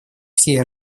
всей